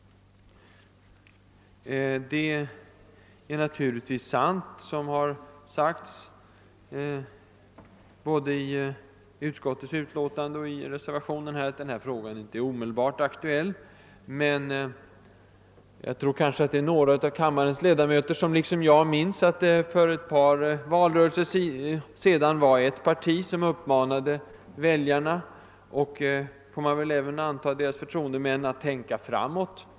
Det är naturligtvis sant, som framhållits både i utskottsutlåtandet och i reservationen, att frågan inte är omedelbart aktuell. Men jag förmodar att några av kammarens ledamöter i likhet med mig minns att det för ett par val rörelser sedan var ett parti som uppmanade väljarna, och förmodligen även deras förtroendemän, att »tänka framåt«.